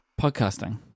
Podcasting